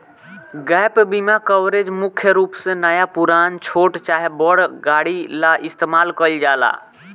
gap बीमा coverage मुख्य रूप से नया पुरान, छोट चाहे बड़ गाड़ी ला इस्तमाल कईल जाला